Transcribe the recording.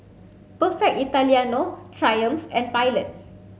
Perfect Italiano Triumph and Pilot